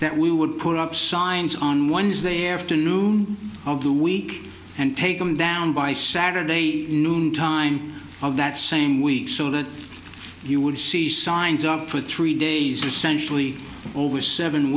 that we would put up signs on wednesday afternoon of the week and take them down by saturday noon time of that same week so that you would see signs up for three days essentially over seven